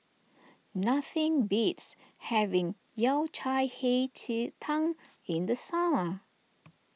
nothing beats having Yao Cai Hei Ji Tang in the summer